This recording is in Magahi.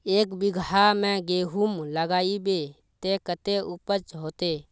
एक बिगहा में गेहूम लगाइबे ते कते उपज होते?